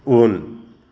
उन